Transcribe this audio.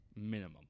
Minimum